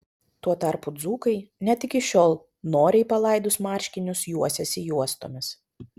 tuo tarpu dzūkai net iki šiol noriai palaidus marškinius juosiasi juostomis